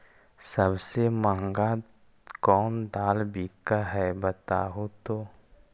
सबसे महंगा कोन दाल बिक है बताहु तो?